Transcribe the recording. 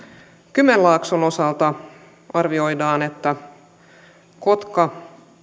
kymenlaakson osalta arvioidaan että kotka